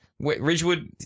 Ridgewood